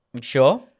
Sure